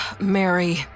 Mary